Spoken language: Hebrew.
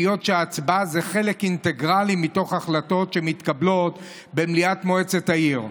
היות שההצבעה זה חלק אינטגרלי מתוך החלטות שמתקבלות במליאת מועצת העיר.